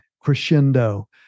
crescendo